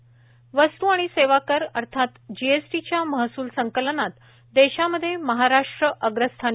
त वस्तू आणि सेवा कर अर्थात जीएसटीच्या महसुल संकलनात देशामध्ये महाराष्ट्र अग्रस्थानी